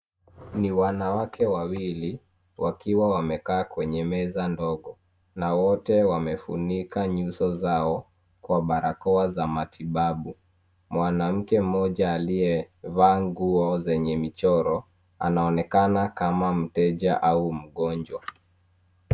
Ni wanawake wawili wakiwa wamekaa kwenye meza ndogo na wote wamefunika nyuso zao kwa barakoa za matibabu mwanamke mmoja aliyevaa nguo zenye michoro anaonekana kama mteja au mgonjwa